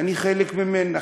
ואני חלק ממנה.